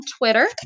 Twitter